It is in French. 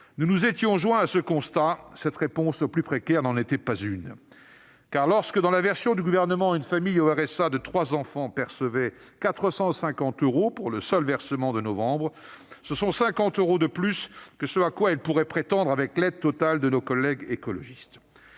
nous nous étions joints à ce constat -n'était pas une réponse adaptée pour les plus précaires. Ainsi, lorsque, selon la version du Gouvernement, une famille au RSA de trois enfants percevait 450 euros pour le seul versement de novembre, elle touche 50 euros de plus que ce à quoi elle pourrait prétendre avec l'aide totale de nos collègues écologistes.